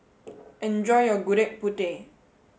enjoy your Gudeg Putih